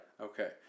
Okay